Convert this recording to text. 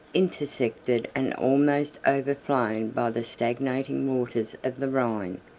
intersected and almost overflown by the stagnating waters of the rhine,